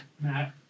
Matt